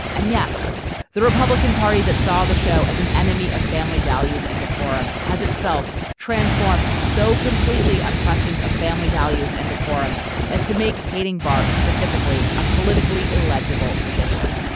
and yes the republican party that saw the show as an enemy of family values and decorum has itself transformed so completely unquestioned of family values and decorum as to make hating bart specifically a politically illegible position.